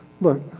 Look